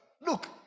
Look